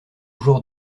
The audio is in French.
jour